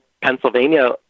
Pennsylvania